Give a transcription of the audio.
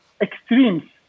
extremes